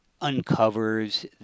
uncovers